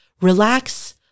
relax